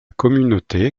communauté